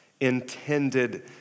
intended